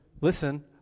listen